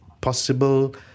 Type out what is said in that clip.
possible